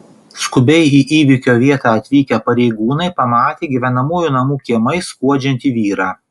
skubiai į įvykio vietą atvykę pareigūnai pamatė gyvenamųjų namų kiemais skuodžiantį vyrą